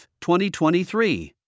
2023